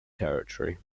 territory